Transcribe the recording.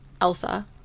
elsa